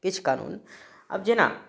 किछु कानून आब जेना